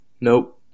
Nope